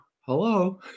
hello